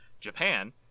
Japan